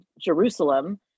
Jerusalem